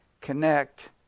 connect